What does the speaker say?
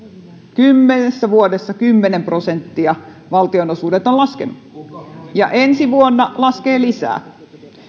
kymmenessä vuodessa kymmenen prosenttia valtionosuudet ovat laskeneet ja ensi vuonna laskevat lisää